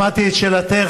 שמעתי את שאלתך.